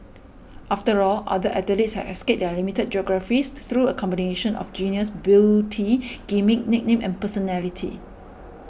after all other athletes have escaped their limited geographies through a combination of genius beauty gimmick nickname and personality